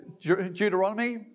Deuteronomy